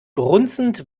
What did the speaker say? grunzend